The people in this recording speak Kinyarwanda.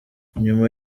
nyuma